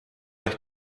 ehk